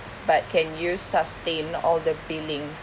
but can you sustain all the billings